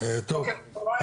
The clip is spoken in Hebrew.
בוא נגיד,